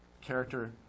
character